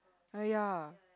ah ya